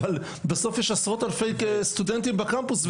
אבל בסוף יש עשרות אלפי סטודנטים בקמפוס,